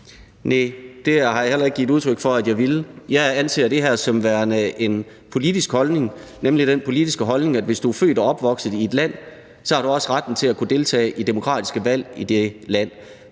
men det har jeg heller ikke givet udtryk for at jeg ville. Jeg anser det her som værende en politisk holdning, nemlig den politiske holdning, at hvis du er født og opvokset i et land, har du også retten til at kunne deltage i demokratiske valg i det land.